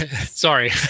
Sorry